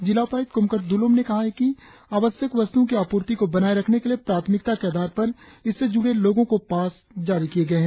जिला उपाय्क्त कोमकर दुलोम ने कहा है कि आवश्यक वस्तुओं की आपूर्ति को बनाए रखने के लिए प्राथमिकता के आधार पर इससे ज्ड़े लोगों को पास जारी किए गए हैं